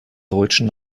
deutschen